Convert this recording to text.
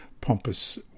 pompous